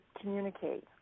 communicate